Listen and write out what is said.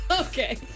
okay